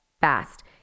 fast